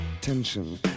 tension